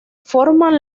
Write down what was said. forman